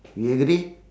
you agree